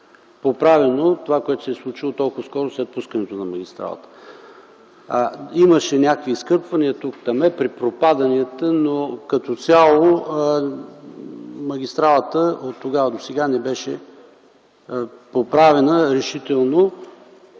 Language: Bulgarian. поправено това, което се е случило толкова скоро след пускането на магистралата. Имаше някои изкърпвания тук-таме при пропаданията, но като цяло магистралата оттогава досега не беше поправена решително.